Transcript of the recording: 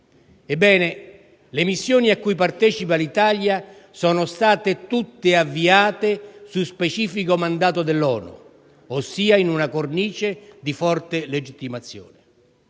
Ebbene, le operazioni a cui partecipa l'Italia sono state tutte avviate su specifico mandato dell'ONU, ossia in una cornice di massima legittimazione.